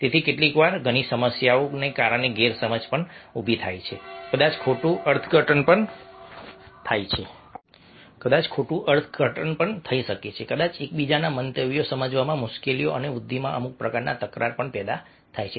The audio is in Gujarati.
તેથી કેટલીકવાર ઘણી સમસ્યાઓના કારણે ગેરસમજ થઈ શકે છે કદાચ ખોટું અર્થઘટન થઈ શકે છે કદાચ એકબીજાના મંતવ્યો સમજવામાં મુશ્કેલીઓ અથવા વૃદ્ધિમાં અમુક પ્રકારના તકરાર થાય છે